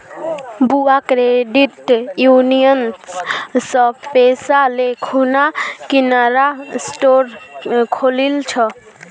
बुआ credit union स पैसा ले खूना किराना स्टोर खोलील छ